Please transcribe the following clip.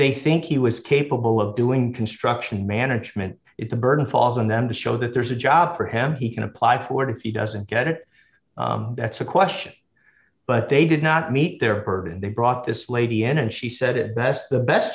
they think he was capable of doing construction management it's a burden falls on them to show that there's a job for him he can apply for does he doesn't get it that's a question but they did not meet their burden they brought this lady in and she said it best the best